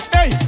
Hey